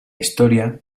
historia